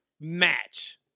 match